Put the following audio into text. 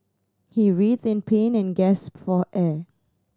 he writhed in pain and gasped for air